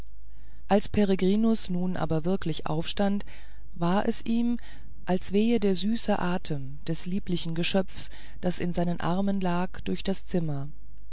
als peregrinus nun aber wirklich aufstand war es ihm als wehe der süße atem des lieblichen geschöpfs das in seinen armen lag durch das zimmer